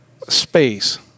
space